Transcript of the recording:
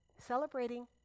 celebrating